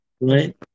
right